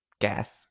gas